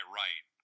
right